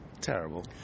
terrible